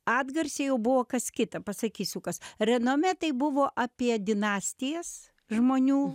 atgarsiai jau buvo kas kita pasakysiu kas renomė tai buvo apie dinastijas žmonių